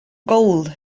gold